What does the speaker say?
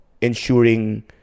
ensuring